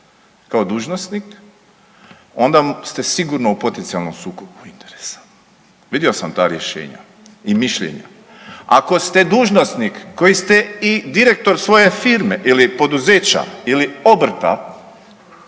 kao dužnosnik onda ste sigurno u potencijalnom sukobu interesa, vidio sam ta rješenja i mišljenja. Ako ste dužnosnik koji ste i direktor svoje firme ili poduzeća ili obrta